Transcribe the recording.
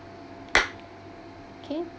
okay